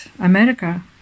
America